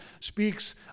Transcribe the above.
speaks